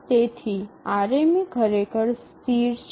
તેથી આરએમએ ખરેખર સ્થિર છે